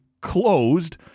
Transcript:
closed